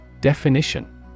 Definition